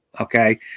Okay